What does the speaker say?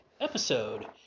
episode